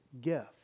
gift